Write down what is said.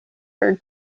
her